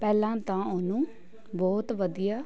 ਪਹਿਲਾਂ ਤਾਂ ਉਹਨੂੰ ਬਹੁਤ ਵਧੀਆ